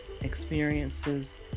experiences